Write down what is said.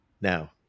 Now